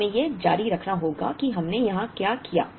अब हमें यह जारी रखना होगा कि हमने यहाँ क्या किया